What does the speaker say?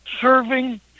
serving